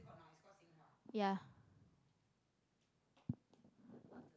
ya